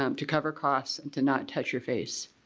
um to cover coughs, and to not touch your face.